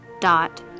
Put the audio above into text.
dot